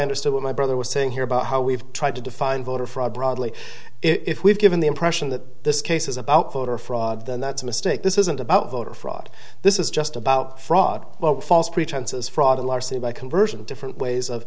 understood what my brother was saying here about how we've tried to define voter fraud broadly if we've given the impression that this case is about voter fraud and that's a mistake this isn't about voter fraud this is just about fraud false pretenses fraud and larceny by conversion different ways of